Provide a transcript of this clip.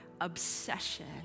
obsession